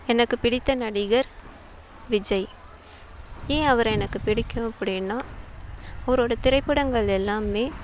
எனக்கு பிடித்த நடிகர் விஜய் ஏன் அவரை எனக்கு பிடிக்கும் அப்படின்னா அவரோடய திரைப்படங்கள் எல்லாமே